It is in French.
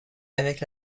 avec